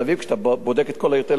כשאתה בודק את כל העיר תל-אביב,